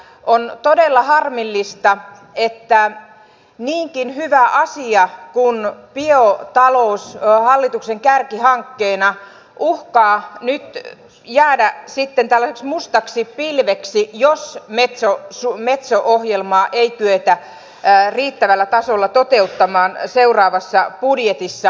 on todella harmillista että niinkin hyvä asia kuin biotalous hallituksen kärkihankkeena uhkaa nyt jäädä sitten tällaiseksi mustaksi pilveksi jos metso ohjelmaa ei kyetä riittävällä tasolla toteuttamaan seuraavassa budjetissa